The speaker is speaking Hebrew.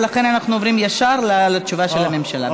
ולכן אנחנו עוברים ישר לתשובה של הממשלה.